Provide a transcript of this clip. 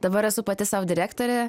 dabar esu pati sau direktorė